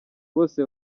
bose